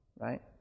right